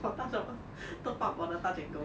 or touch up top up 我的 touch and go